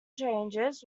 changes